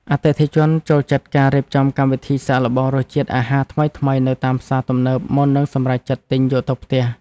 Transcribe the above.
អតិថិជនចូលចិត្តការរៀបចំកម្មវិធីសាកល្បងរសជាតិអាហារថ្មីៗនៅតាមផ្សារទំនើបមុននឹងសម្រេចចិត្តទិញយកទៅផ្ទះ។